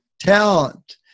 talent